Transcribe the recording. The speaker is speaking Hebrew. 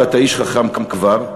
ואתה איש חכם כבר,